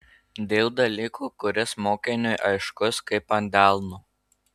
dėl dalyko kuris mokiniui aiškus kaip ant delno